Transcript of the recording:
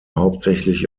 hauptsächlich